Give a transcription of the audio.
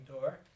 door